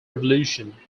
revolution